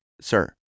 sir